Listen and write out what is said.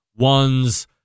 one's